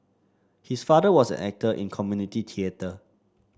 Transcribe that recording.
his father was an actor in community theatre